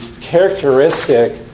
characteristic